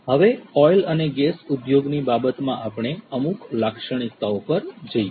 હવે ઓઈલ અને ગેસ ઉદ્યોગની બાબતમાં આપણે અમુક લાક્ષણિકતા પર જઈએ